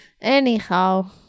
Anyhow